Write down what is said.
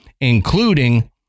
including